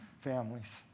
families